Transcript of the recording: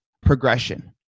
progression